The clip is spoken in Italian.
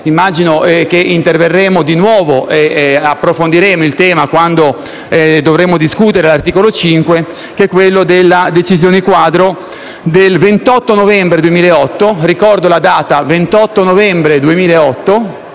immagino interverremo di nuovo (e approfondiremo il tema) quando dovremo discutere l'articolo 5. Mi riferisco alla decisione quadro del 28 novembre 2008 - ricordo questa data: 28 novembre 2008